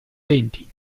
denti